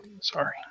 Sorry